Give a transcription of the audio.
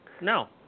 No